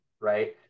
right